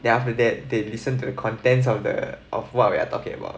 then after that they listen to the contents of the of what we are talking about